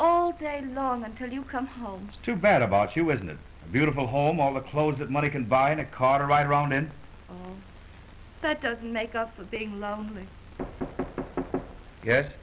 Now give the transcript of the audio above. all day long until you come home to bed about you isn't it beautiful home all the clothes that money can buy in a car ride around and that doesn't make up for being lonely ye